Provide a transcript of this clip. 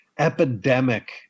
epidemic